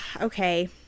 Okay